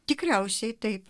tikriausiai taip